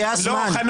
הגיע הזמן.